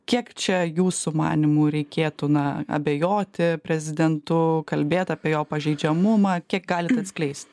kiek čia jūsų manymu reikėtų na abejoti prezidentu kalbėt apie jo pažeidžiamumą kiek galit atskleist